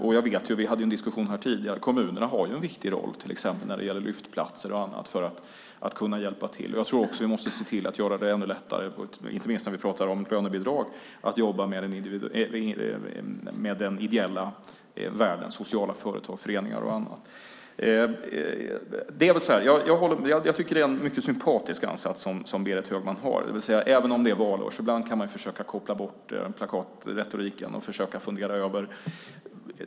Vi hade ju en diskussion här tidigare om att kommunerna har en viktig roll att hjälpa till, till exempel när det gäller Lyftplatser och annat. Jag tror också att vi måste göra det ännu lättare, inte minst när vi pratar om lönebidrag, att jobba med den ideella världen, sociala företag, föreningar och så vidare. Jag tycker att det är en mycket sympatisk ansats som Berit Högman har. Även om det är valår kan man ibland försöka koppla bort plakatretoriken och fundera över detta.